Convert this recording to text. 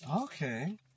okay